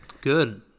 good